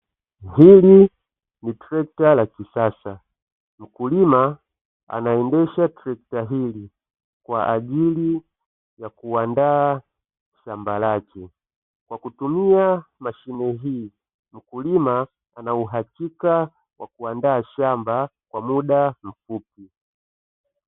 Hili ni trekta la kisasa mkulima anaendesha trekta hili kwa ajili ya kuandaa shamba lake kwa kutumia mashin, hii mkulima ana uhakika wa kuandaa shamba kwa muda mfupi.